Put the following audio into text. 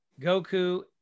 goku